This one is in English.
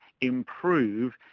improve